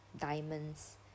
diamonds